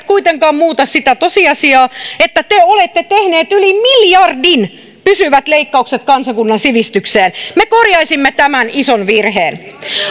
kuitenkaan muuta sitä tosiasiaa että te olette tehneet yli miljardin pysyvät leikkaukset kansakunnan sivistykseen me korjaisimme tämän ison virheen